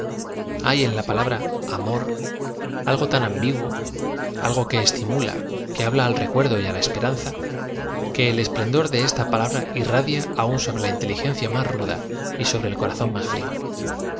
ay en la palabra amor algo tan ambiguo algo que estimula que habla a l recuerdo y á la esperanza que el esplendor de esta palabra irradia aun sobre la inteligencia más ruda y sobre el corazón más frió